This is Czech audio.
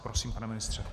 Prosím, pane ministře.